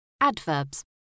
Adverbs